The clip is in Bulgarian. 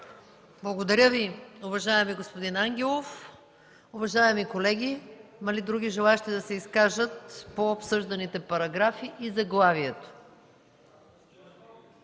Благодаря Ви, уважаеми господин Ангелов. Уважаеми колеги, има ли други желаещи да се изкажат по обсъжданите параграфи и заглавието?